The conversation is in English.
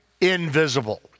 invisible